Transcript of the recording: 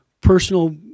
personal